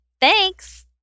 Thanks